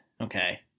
okay